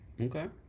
Okay